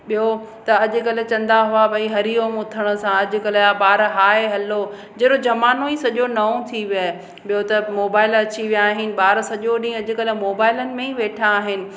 ॿियों त अॼुकल्ह चवंदा हुआ भई हरिओम उथण सां अॼुकल्ह जा ॿार हाए हैलो जहिड़ो ज़मानो ई सॼो नओ थी वियो आहे ॿियों त मोबाइल अची विया आहिनि ॿार सॼो ॾीं अॼुकल्ह मोबाइलनि में ई वेठा आहिनि